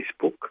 Facebook